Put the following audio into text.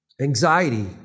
Anxiety